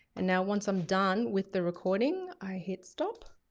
and now once i'm done with the recording, i hit stop.